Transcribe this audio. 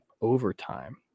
overtime